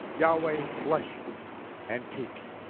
yahweh bless you and keep you,